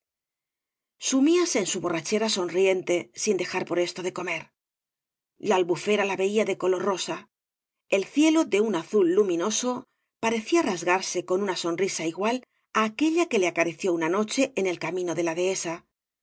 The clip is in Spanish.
pan suibíase en su borrachera sonriente sin dejar por esto de comer la albufera la veía de color de rosa el cielo de un azul luminoso parecía rasgarse con una sonriga igual á aquella que le acá rició una noche en el camino de la dehesa